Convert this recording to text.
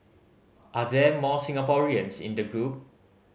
are there more Singaporeans in the group